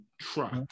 truck